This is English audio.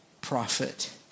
prophet